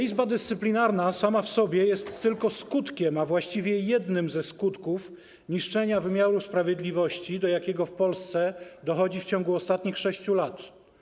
Izba Dyscyplinarna sama w sobie jest tylko skutkiem, a właściwie jednym ze skutków niszczenia wymiaru sprawiedliwości, jakie ma miejsce w Polsce w ciągu ostatnich 6 lat.